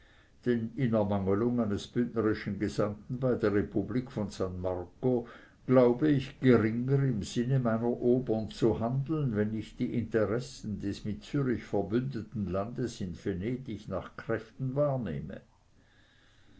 in ermangelung eines bündnerischen gesandten bei der republik von san marco glaube ich geringer im sinne meiner obern zu handeln wenn ich die interessen des mit zürich verbündeten landes in venedig nach kräften wahrnehme